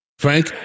Frank